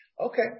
Okay